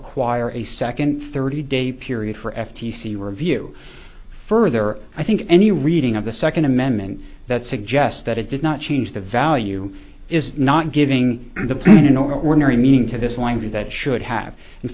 acquire a second thirty day period for f t c review further i think any reading of the second amendment that suggests that it did not change the value is not giving the pain an ordinary meaning to this language that should have in